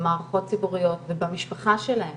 במערכות ציבוריות ובמשפחה שלהם